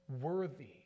worthy